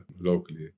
locally